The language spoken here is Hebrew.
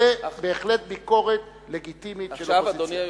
זאת בהחלט ביקורת לגיטימית של אופוזיציה.